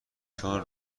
چون